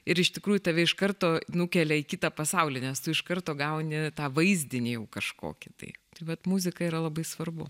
ir iš tikrųjų tave iš karto nukelia į kitą pasaulį nes tu iš karto gauni tą vaizdinį jau kažkokį tai bet muzika yra labai svarbu